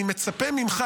אני מצפה ממך,